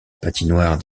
patinoire